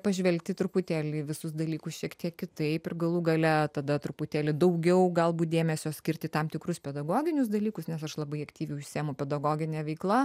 pažvelgti truputėlį į visus dalykus šiek tiek kitaip ir galų gale tada truputėlį daugiau galbūt dėmesio skirt į tam tikrus pedagoginius dalykus nes aš labai aktyviai užsiėmu pedagogine veikla